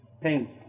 Pain